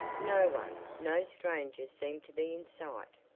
no one no stranger seemed to be in sight.